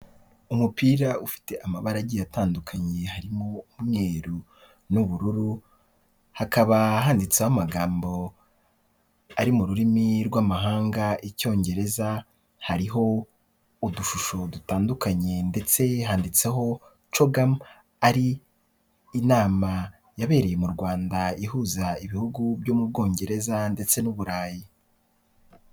Umupira ufite amabara agiye atandukanye, harimo umweru n'ubururu, hakaba handitseho amagambo ari mu rurimi rw'amahanga, "icyongereza", hariho udushusho dutandukanye ndetse handitseho CHOGM, ari inama yabereye mu Rwanda ihuza ibihugu byo mu Bwongereza ndetse n'Uburayi.